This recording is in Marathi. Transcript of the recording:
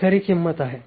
ही खरी किंमत आहे